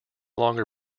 longer